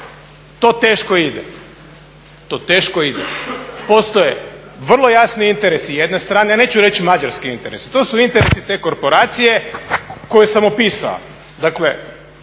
To teško ide. To teško ide. Postoje vrlo jasni interesi jedne strane, ja neću reći mađarski interesi, to su interesi te korporacije koje sam opisao.